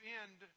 end